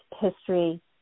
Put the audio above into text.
history